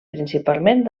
principalment